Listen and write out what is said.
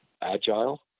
agile